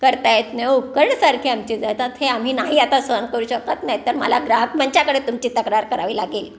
करता येत नाही उकडसारखे आमचे जातात हे आम्ही नाही आता सहन करू शकत नाही तर मला ग्राहक मंचाकडे तुमची तक्रार करावी लागेल